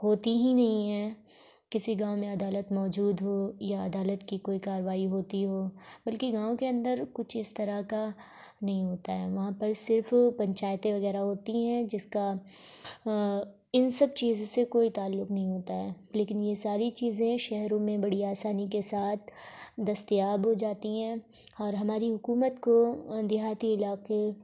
ہوتی ہی نہیں ہیں کسی گاؤں میں عدالت موجود ہو یا عدالت کی کوئی کاروائی ہوتی ہو بلکہ گاؤں کے اندر کچھ اس طرح کا نہیں ہوتا ہے وہاں پر صرف پنچایتیں وغیرہ ہوتی ہیں جس کا ان سب چیزوں سے کوئی تعلق نہیں ہوتا ہے لیکن یہ ساری چیزیں شہروں میں بڑی آسانی کے ساتھ دستیاب ہو جاتی ہیں اور ہماری حکومت کو دیہاتی علاقے